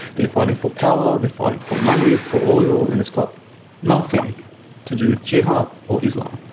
they're fighting for power, they're fighting for money, for oil, and it's got nothing to do with jihad or islam.